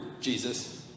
Jesus